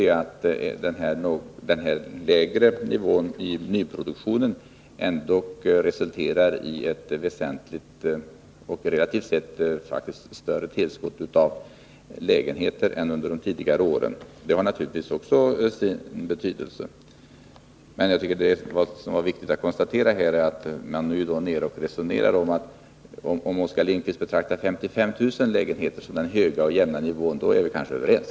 Det betyder att den lägre nivån i nyproduktionen ändå resulterar i ett väsentligt och relativt sett större tillskott av lägenheter än under tidigare år. Det har naturligtvis också sin betydelse. Om emellertid Oskar Lindkvist betraktar 55 000 nya lägenheter per år som en hög och jämn nivå i byggandet, då är vi kanske överens.